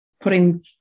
putting